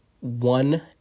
one